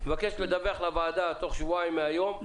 לדווח לוועדה בתוך שבועיים מהיום את